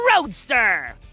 Roadster